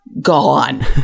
Gone